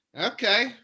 Okay